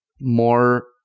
more